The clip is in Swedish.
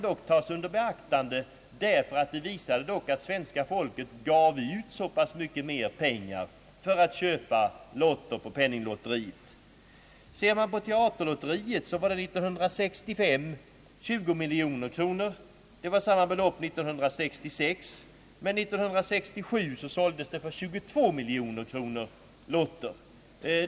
Det kan emellertid förtjäna att beaktas att svenska folket 1967 gav ut ganska mycket mera pengar än året före för att köpa lotter i Penninglotteriet. I Teaterlotieriet såldes 1965 lotter för 20 miljoner kronor. 1966 uppgick försäljningen till samma beloppp men 1967 hade den ökat till 22 miljoner kronor.